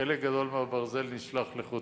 חלק גדול מהברזל נשלח לחוץ-לארץ,